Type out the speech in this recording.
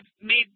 made